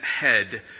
head